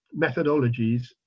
methodologies